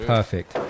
Perfect